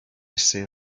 ese